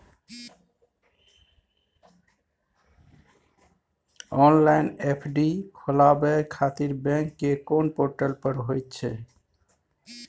Online FD खोलाबय खातिर bank के कोन पोर्टल पर होए छै?